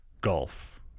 Golf